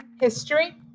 history